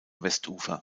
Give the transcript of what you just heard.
westufer